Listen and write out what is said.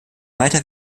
weiter